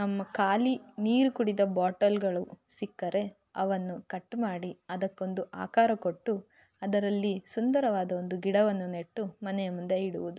ನಮ್ಮ ಖಾಲಿ ನೀರು ಕುಡಿದ ಬಾಟಲ್ಗಳು ಸಿಕ್ಕರೆ ಅವನ್ನು ಕಟ್ ಮಾಡಿ ಅದಕ್ಕೊಂದು ಆಕಾರ ಕೊಟ್ಟು ಅದರಲ್ಲಿ ಸುಂದರವಾದ ಒಂದು ಗಿಡವನ್ನು ನೆಟ್ಟು ಮನೆಯ ಮುಂದೆ ಇಡುವುದು